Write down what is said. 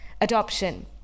adoption